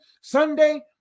Sunday